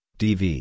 dv